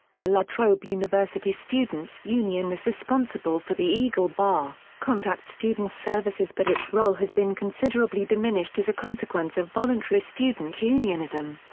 the la trobe university students' union is responsible for the eagle bar, contact student services but its role has been considerably diminished as a consequence of voluntary student unionism.